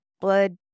blood